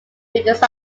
because